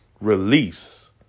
Release